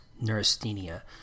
neurasthenia